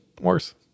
worse